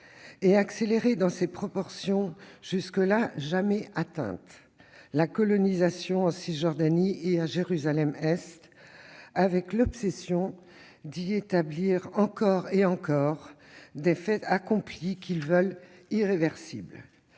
et accélérer, dans des proportions jusque-là jamais atteintes, la colonisation en Cisjordanie et à Jérusalem-Est avec l'obsession d'y établir, encore et encore, des faits accomplis qu'ils veulent irréversibles.